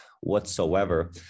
whatsoever